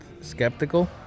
skeptical